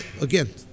again